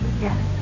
Yes